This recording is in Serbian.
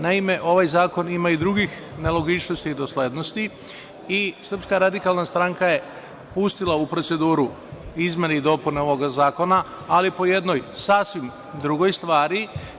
Naime, ovaj zakon ima i drugih nelogičnosti i doslednosti i SRS je pustila u proceduru izmene i dopune ovog zakona, ali po jednoj sasvim drugoj stvari.